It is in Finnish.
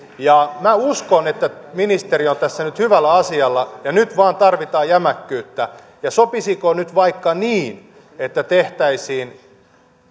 minä uskon että ministeri on tässä nyt hyvällä asialla ja nyt vain tarvitaan jämäkkyyttä ja sopisiko nyt vaikka niin että tehtäisiin